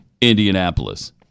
Indianapolis